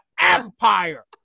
empire